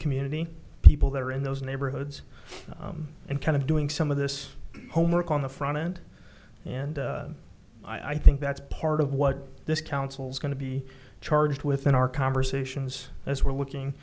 community people that are in those neighborhoods and kind of doing some of this homework on the front end and i think that's part of what this council's going to be charged with in our conversations as we're looking